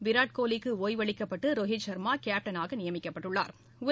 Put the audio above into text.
விராட் கோலிக்கு ஓய்வு அளிக்கப்பட்டு ரோஹித் சா்மா கேப்டனாக நியமிக்கப்பட்டுள்ளாா்